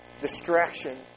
distraction